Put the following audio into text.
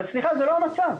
סליחה, זה לא המצב.